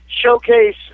showcase